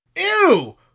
Ew